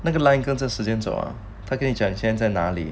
那个 line 跟着时间走 ah 他跟你讲现在哪里